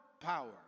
power